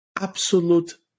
absolute